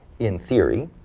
in theory,